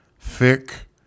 thick